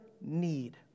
need